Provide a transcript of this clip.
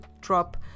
drop